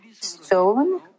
stone